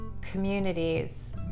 communities